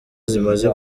zimaze